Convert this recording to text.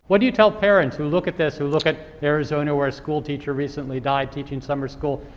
but do you tell parents who look at this, who look at arizona, where a schoolteacher recently died teaching summer school,